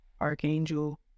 Archangel